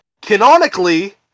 canonically